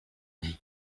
nid